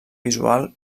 visual